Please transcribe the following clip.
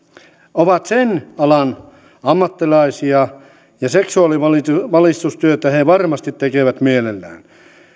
ovat sen alan ammattilaisia ja seksuaalivalistustyötä he varmasti tekevät mielellään